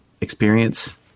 experience